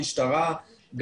גם המשטרה,